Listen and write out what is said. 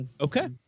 Okay